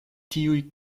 tiuj